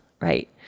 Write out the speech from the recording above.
Right